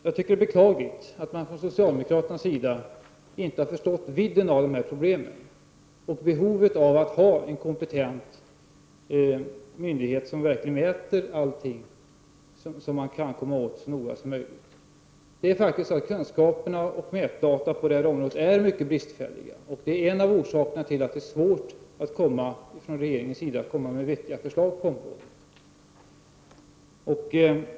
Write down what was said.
Jag tycker att det är beklagligt att socialdemokraterna inte har förstått vidden av de här problemen och behovet av att ha en kompetent myndighet som verkligen så noga som möjligt mäter allting som man kan komma åt. Det är faktiskt så att kunskaperna och mätdata på det här området är mycket bristfälliga. Det är en av orsakerna till att det är svårt för regeringen att komma med vettiga förslag på området.